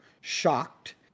shocked